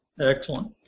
Excellent